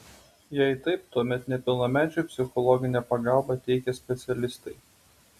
jei taip tuomet nepilnamečiui psichologinę pagalbą teikia specialistai